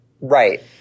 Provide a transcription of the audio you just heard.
Right